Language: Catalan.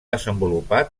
desenvolupar